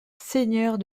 seigneurs